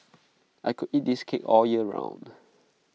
I could eat this cake all year round